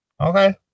Okay